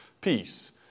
peace